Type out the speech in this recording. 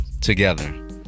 together